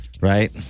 right